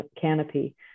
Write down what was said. canopy